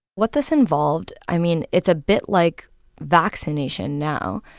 what this involved i mean, it's a bit like vaccination now.